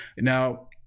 Now